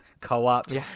co-ops